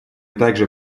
также